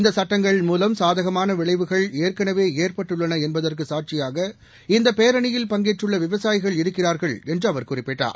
இந்த சட்டங்கள் மூலம் சாதகமான விளைவுகள் ஏற்கனவே ஏற்பட்டுள்ளன என்பதற்கு சாட்சியமாக இந்த பேரணியில் பங்கேற்றுள்ள விவசாயிகள் இருக்கிறா்கள் என்று அவர் குறிப்பிட்டார்